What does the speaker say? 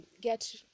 get